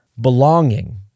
belonging